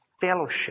fellowship